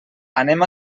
anem